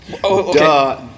Duh